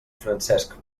francesc